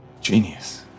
Genius